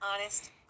honest